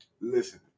listen